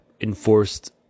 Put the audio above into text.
enforced